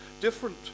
different